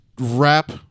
wrap